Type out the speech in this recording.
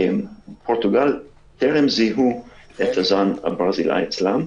בפורטוגל טרם זיהו את הזן הברזילאי אצלם,